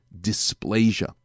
dysplasia